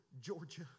Georgia